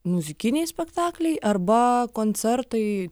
muzikiniai spektakliai arba koncertai